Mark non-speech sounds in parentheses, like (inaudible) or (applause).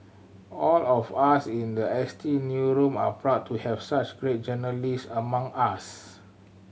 all of us in the S T (unintelligible) are proud to have such great journalist among us